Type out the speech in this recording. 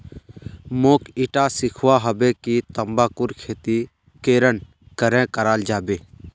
मोक ईटा सीखवा हबे कि तंबाकूर खेती केरन करें कराल जाबे